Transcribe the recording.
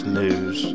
news